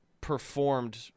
performed